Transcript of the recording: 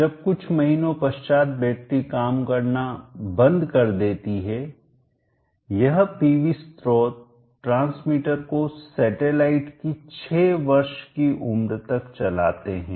जब कुछ महीनों पश्चात बैटरी काम करना बंद कर देती है यह पीवी स्त्रोत ट्रांसमीटर को सेटेलाइट की 6 वर्ष की उम्र तक चलाते हैं